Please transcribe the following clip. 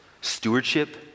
stewardship